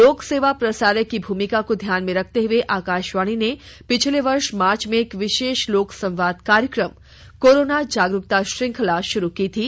लोक सेवा प्रसारक की भूमिका को ध्यान में रखते हुए आकाशवाणी ने पिछले वर्ष मार्च में एक विशष लोक संवाद कार्यक्रम कोरोना जागरूकता श्रृंखला शुरू की थी